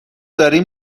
داریم